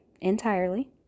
entirely